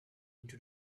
into